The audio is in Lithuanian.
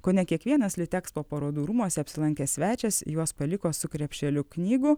kone kiekvienas litekspo parodų rūmuose apsilankęs svečias juos paliko su krepšeliu knygų